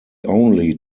only